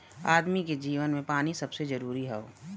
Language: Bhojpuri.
आदमी के जीवन मे पानी सबसे जरूरी हौ